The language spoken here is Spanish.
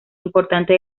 importante